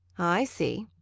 i see.